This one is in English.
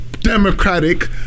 Democratic